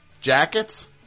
Jackets